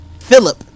Philip